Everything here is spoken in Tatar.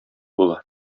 була